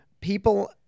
people